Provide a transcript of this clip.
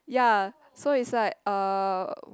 ya so is like uh